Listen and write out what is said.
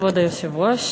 כבוד היושב-ראש,